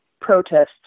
protests